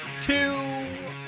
two